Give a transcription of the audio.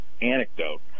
anecdote